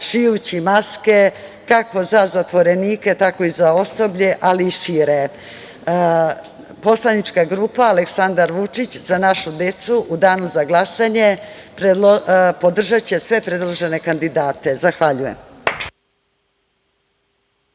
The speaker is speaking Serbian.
šijući maske kako za zatvorenike, tako i za osoblje, ali i šire. Poslanička grupa „Aleksandar Vučić – za našu decu“ u Danu za glasanje podržaće sve predložene kandidate. Zahvaljujem.